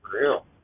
Real